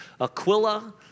Aquila